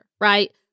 right